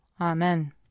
Amen